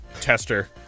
Tester